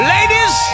Ladies